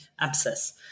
abscess